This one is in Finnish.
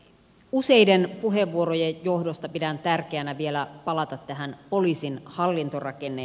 useiden puheenvuorojen johdosta pidän tärkeänä vielä palata tähän poliisin hallintorakenne